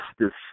justice